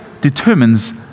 determines